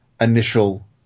initial